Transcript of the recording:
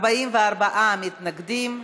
44 מתנגדים.